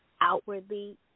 outwardly